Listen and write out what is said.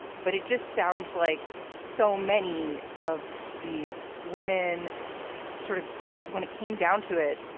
but it just sounds like so many of these women sort of when it came down to it,